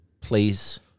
please